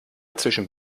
zwischen